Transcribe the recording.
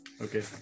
Okay